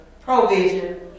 provision